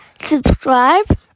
subscribe